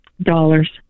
Dollars